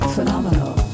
Phenomenal